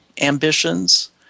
ambitions